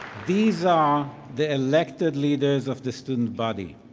these are the elected leaders of the student body.